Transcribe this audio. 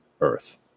earth